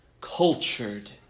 cultured